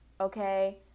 okay